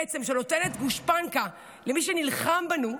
שבעצם נותנת גושפנקה למי שנלחם בנו,